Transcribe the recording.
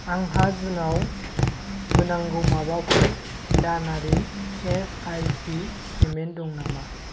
आंहा जुनाव होनांगौ माबाफोर दानारि एस आइ पि पेमेन्ट दं नामा